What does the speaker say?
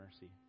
mercy